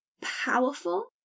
powerful